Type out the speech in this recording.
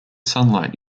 sunlight